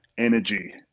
Energy